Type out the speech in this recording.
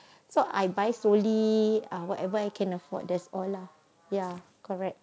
so I buy solely whatever I can afford that's all lah ya correct